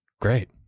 great